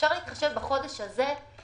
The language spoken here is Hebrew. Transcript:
לשכת רואי חשבון.